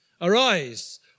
Arise